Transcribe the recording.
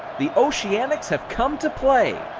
the oceanics have come to play.